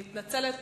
גם מציע,